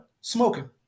Smoking